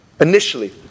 Initially